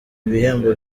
ibihembo